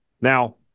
now